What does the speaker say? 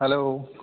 hello